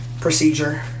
procedure